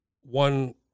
one